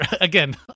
again